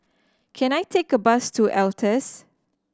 can I take a bus to Altez